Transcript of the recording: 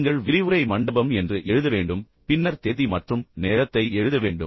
நீங்கள் விரிவுரை மண்டபம் என்று எழுத வேண்டும் பின்னர் தேதி மற்றும் நேரத்தை எழுத வேண்டும்